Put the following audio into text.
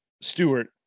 Stewart